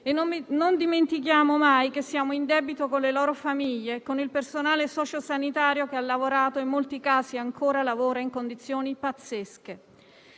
non dimentichiamo mai che siamo in debito con le loro famiglie e con il personale socio-sanitario, che ha lavorato e che in molti casi ancora lavora in condizioni pazzesche.